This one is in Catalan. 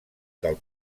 del